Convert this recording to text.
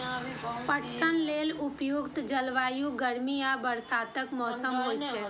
पटसन लेल उपयुक्त जलवायु गर्मी आ बरसातक मौसम होइ छै